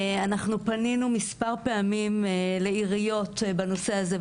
פנינו מספר פעמים לעיריות בנושא הזה,